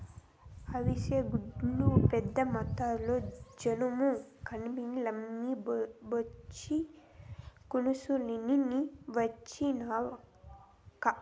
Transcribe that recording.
అవిసె సెట్లను పెద్దమొత్తంలో జనుము కంపెనీలకమ్మి ఒచ్చి కూసుంటిని నీ వచ్చినావక్కా